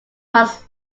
hans